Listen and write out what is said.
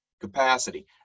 capacity